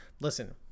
listen